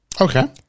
okay